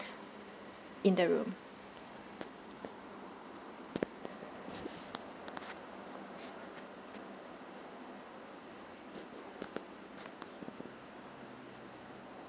in the room